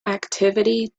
activity